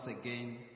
again